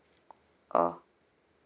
oh